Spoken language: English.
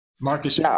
marcus